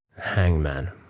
Hangman